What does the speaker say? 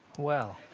well?